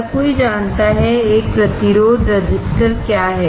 हर कोई जानता है कि एक प्रतिरोध क्या है